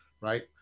right